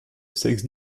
sexe